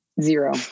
Zero